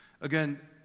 Again